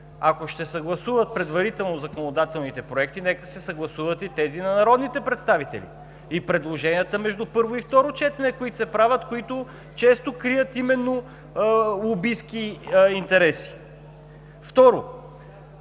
Ако ще се съгласуват предварително законодателните проекти, нека се съгласуват и тези на народните представители, и предложенията, които се правят между първо и второ четене, които често крият именно лобистки интереси. Второ,